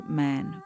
man